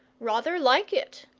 rather like it.